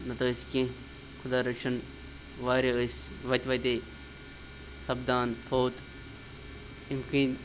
نَتہٕ ٲسۍ کینٛہہ خۄدا رٔچھِن واریاہ ٲسۍ وَتہِ وَتے سَپدان فوت امہِ کِنۍ